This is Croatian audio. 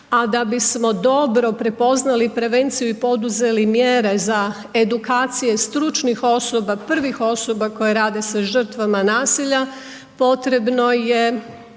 a da bismo dobro prepoznali prevenciju i oduzeli mjere za edukacije i stručnih osoba, prvih osoba koje rade sa žrtvama nasilja, potrebno je